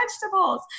vegetables